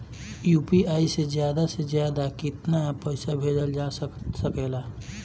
UPI से ज्यादा से ज्यादा केतना पईसा भेजल जा सकेला?